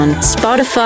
Spotify